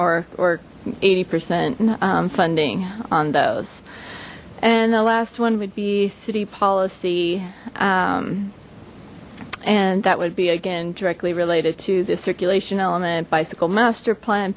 or or eighty percent funding on those and the last one would be city policy and that would be again directly related to this circulation element bicycle master plan